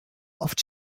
oft